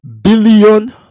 billion